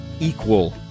equal